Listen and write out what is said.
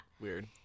Weird